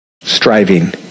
Striving